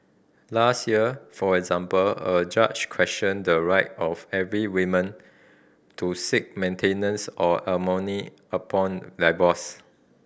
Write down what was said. last year for example a judge questioned the right of every women to seek maintenance or alimony upon divorce